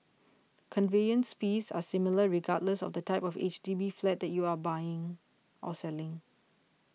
conveyance fees are similar regardless of the type of H D B flat that you are buying or selling